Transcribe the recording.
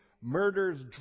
murders